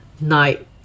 night